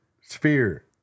sphere